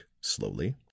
slowly